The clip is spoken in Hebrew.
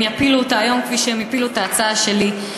הם יפילו אותה היום כפי שהם הפילו את ההצעה שלי.